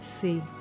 see